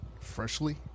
freshly